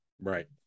Right